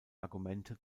argumente